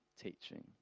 teaching